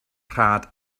rhad